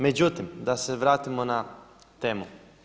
Međutim, da se vratimo na temu.